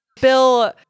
Bill